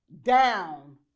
down